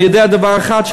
אני יודע דבר אחד,